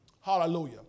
Hallelujah